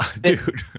Dude